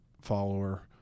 follower